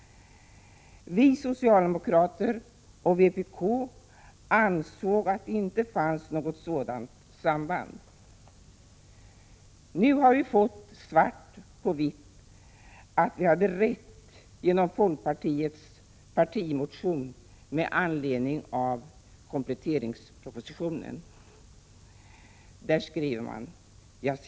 Vi socialdemokrater och vpk ansåg att det inte fanns något sådant samband. Nu har vi genom folkpartiets partimotion med anledning av kompletteringspropositionen fått svart på vitt att vi hade rätt.